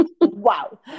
Wow